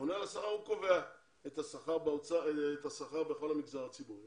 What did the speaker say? הממונה על השכר קובע את השכר בכל המגזר הציבורי,